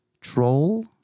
Troll